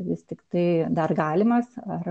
vis tiktai dar galimas ar